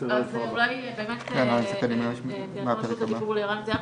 אז אולי באמת ניתן את רשות הדיבור לערן זהבי,